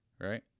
right